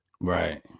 Right